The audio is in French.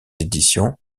éditions